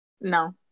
No